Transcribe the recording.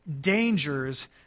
dangers